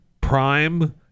Prime